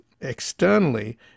externally